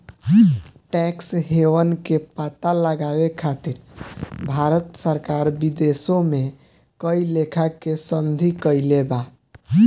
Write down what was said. tax haven के पता लगावे खातिर भारत सरकार विदेशों में कई लेखा के संधि कईले बा